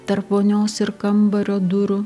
tarp vonios ir kambario durų